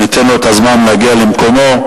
ניתן לו את הזמן להגיע למקומו.